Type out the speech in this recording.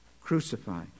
crucified